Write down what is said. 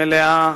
מלאה,